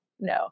no